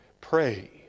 pray